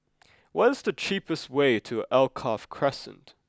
what is the cheapest way to Alkaff Crescent